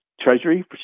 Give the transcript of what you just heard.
treasury